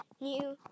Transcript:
New